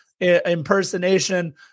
impersonation